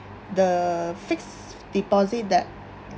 the fixed deposit that